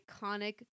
iconic